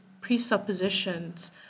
presuppositions